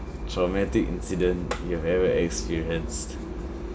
traumatic incident you have ever experienced